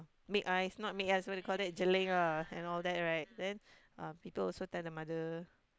make eyes not make eyes what you call that jeling ah and all that right then people also tell the mother